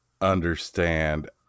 understand